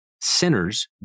sinners